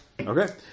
Okay